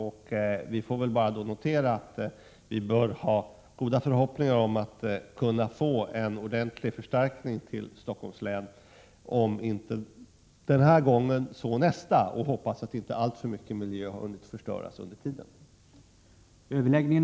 Då får vi väl bara notera att vi bör ha goda förhoppningar om att kunna få en ordentlig förstärkning till Stockholms län, om inte den här gången så nästa gång. Vi får hoppas att inte allt för mycket miljö har hunnit förstöras under tiden.